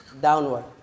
downward